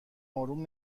اروم